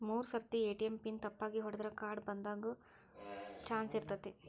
ಮೂರ್ ಸರ್ತಿ ATM pin ತಪ್ಪಾಗಿ ಹೊಡದ್ರ ಕಾರ್ಡ್ ಬಂದಾಗೊ ಚಾನ್ಸ್ ಇರ್ತೈತಿ